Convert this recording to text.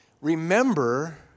Remember